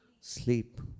Sleep